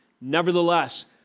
nevertheless